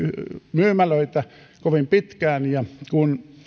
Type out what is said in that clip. myymälöitä kovin pitkään ja kun